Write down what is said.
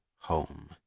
home